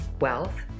wealth